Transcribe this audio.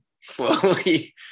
slowly